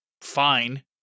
fine